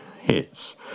hits